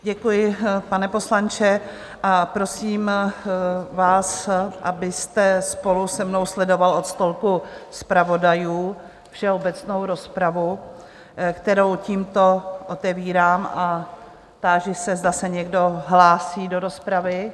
Děkuji, pane poslanče, a prosím vás, abyste spolu se mnou sledoval od stolku zpravodajů všeobecnou rozpravu, kterou tímto otevírám, a táži se, zda se někdo hlásí do rozpravy?